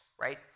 right